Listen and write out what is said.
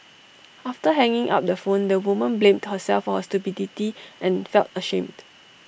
after hanging up the phone the woman blamed herself for her stupidity and felt ashamed